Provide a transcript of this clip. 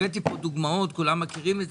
הבאתי כאן דוגמאות כולם מכירים אותן